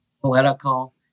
political